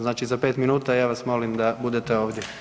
Znači za 5 minuta ja vas molim da budete ovdje.